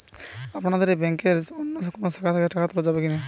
আপনাদের এই ব্যাংকের অন্য শাখা থেকে টাকা তোলা যাবে কি না?